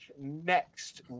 Next